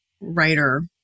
writer